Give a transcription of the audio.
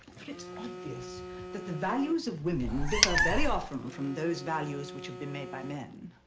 for it's obvious that the values of women differ very often from those values which have been made by men.